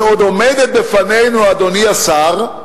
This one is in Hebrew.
ועוד עומדת בפנינו, אדוני השר,